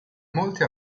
molti